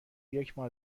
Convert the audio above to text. یکماه